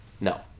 No